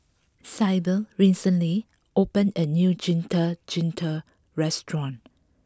Syble recently opened a new Getuk Getuk restaurant